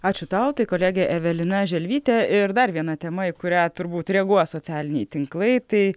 ačiū tau tai kolegė evelina želvytė ir dar viena tema į kurią turbūt reaguos socialiniai tinklai tai